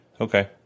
okay